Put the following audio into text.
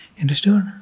Understood